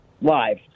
live